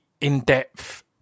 in-depth